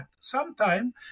sometime